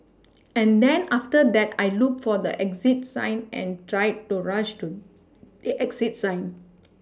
and then after that I looked for the exit sign and tried to rush to the exit sign